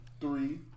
three